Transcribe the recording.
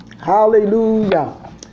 Hallelujah